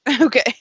Okay